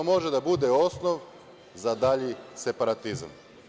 Jedino može da bude osnov za dalji separatizam.